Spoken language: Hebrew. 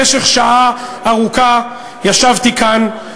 במשך שעה ארוכה ישבתי כאן,